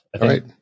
right